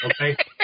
Okay